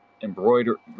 Embroider